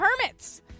Hermit's